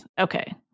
Okay